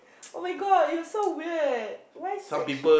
oh-my-God you're so weird why sex